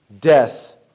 death